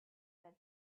that